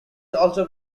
also